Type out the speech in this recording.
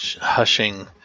hushing